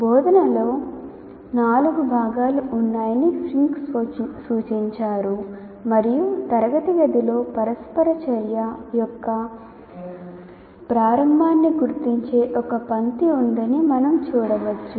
బోధనలో నాలుగు భాగాలు ఉన్నాయని ఫింక్ సూచించారు మరియు తరగతి గదిలో పరస్పర చర్య యొక్క ప్రారంభాన్ని గుర్తించే ఒక పంక్తి ఉందని మనం చూడవచ్చు